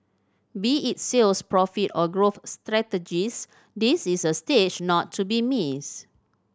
be it sales profit or growth strategies this is a stage not to be missed